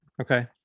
Okay